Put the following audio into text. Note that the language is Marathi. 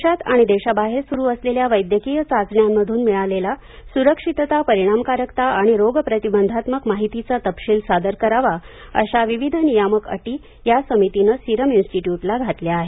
देशात आणि देशाबाहेर सूरू असलेल्या वैद्यकीय चाचण्यांमधून मिळालेला स्रक्षितता परिणामकारकता आणि रोगप्रतिबंधात्मक माहितीचा तपशील सादर करावा अशा विविध नियामक अटी या समितीनं सिरम इन्स्टिट्यूटला घातल्या आहेत